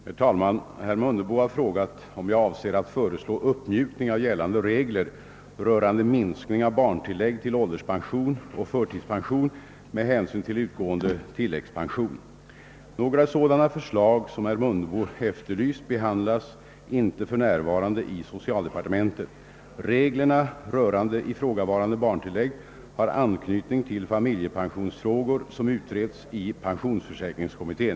Herr talman! Herr Mundebo har frågat, om jag avser att föreslå uppmjukning av gällande regler rörande minskning av barntillägg till ålderspension och förtidspension med hänsyn till utgående tilläggspension. Några sådana förslag som herr Mundebo efterlyst behandlas inte för närvarande i socialdepartementet. Reglerna rörande ifrågavarande barntillägg har anknytning till de familjepensionsfrågor som utreds av pensionsförsäkringskommittén.